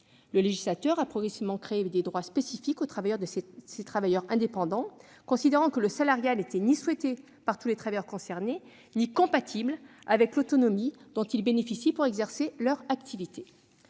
Le législateur a progressivement créé des droits spécifiques pour ces travailleurs indépendants, considérant que le salariat n'était ni souhaité par tous les travailleurs concernés ni compatible avec l'autonomie dont ils bénéficient pour exercer leur activité.